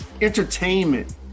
entertainment